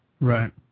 right